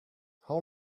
how